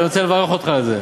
ואני רוצה לברך אותך על זה.